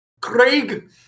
Craig